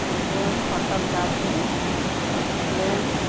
zoom photography lens